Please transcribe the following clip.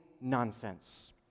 nonsense